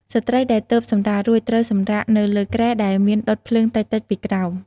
ស្ត្រីដែលទើបសម្រាលរួច ត្រូវសម្រាកនៅលើគ្រែដែលមានដុតភ្លើងតិចៗពីក្រោម។